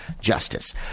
justice